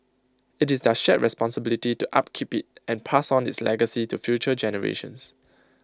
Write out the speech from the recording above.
IT is their shared responsibility to upkeep IT and pass on its legacy to future generations